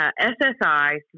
SSI